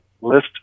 list